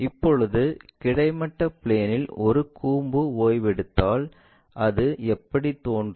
இப்போது கிடைமட்ட பிளேன்இல் ஒரு கூம்பு ஓய்வெடுத்தால் அது எப்படி தோன்றும்